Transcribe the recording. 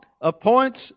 appoints